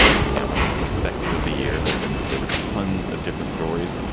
but we now have the perspective of the year. there've been there were tons of different stories.